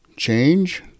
Change